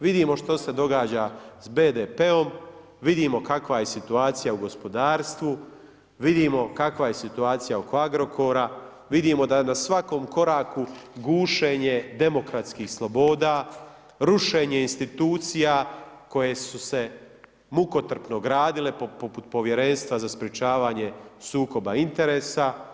Vidimo što se događa sa BDP-om, vidimo kakva je situacija u gospodarstvu, vidimo kakva je situacija oko Agrokora, vidimo da na svakom koraku gušenje demokratskih sloboda, rušenje institucija koje su se mukotrpno gradile poput Povjerenstva za sprječavanje sukoba interesa.